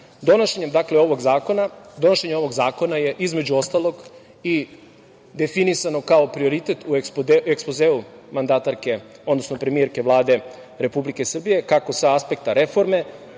karta“.Donošenjem ovog zakona je između ostalog i definisano kao prioritet u Ekspozeu mandatarke, odnosno premijerke Vlade Republike Srbije, kako sa aspekta reforme,